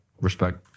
Respect